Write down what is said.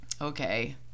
okay